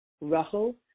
Rachel